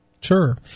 Sure